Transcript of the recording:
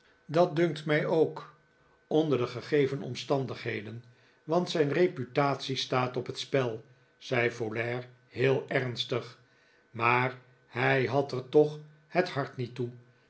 dat dunkt mij ook onder de gegeven omstandigheden want zijn reputatie staat op het spel zei folair heel ernstig maar hij had er toch het hart niet toe